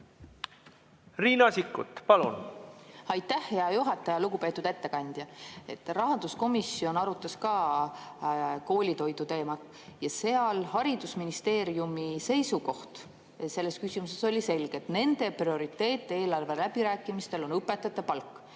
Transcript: Riina Sikkut, palun! Aitäh, hea juhataja! Lugupeetud ettekandja! Rahanduskomisjon arutas ka koolitoidu teemat ja haridusministeeriumi seisukoht selles küsimuses oli selge: nende prioriteet eelarveläbirääkimistel on õpetajate palk.